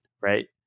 right